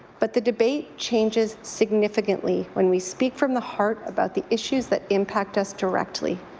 but the debate changes significantly when we speak from the heart about the issues that impact us directly.